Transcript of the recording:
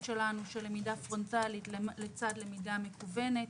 שלנו של למידה פרונטלית לצד למידה מקוונת.